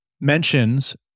mentions